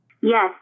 Yes